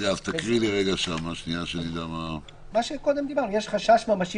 זה מה שדיברנו עליו קודם: "יש חשש ממשי